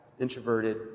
introverted